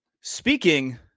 Speaking